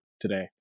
today